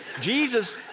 Jesus